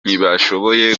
ntibashoboye